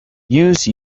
use